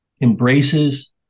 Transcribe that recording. embraces